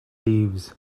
leaves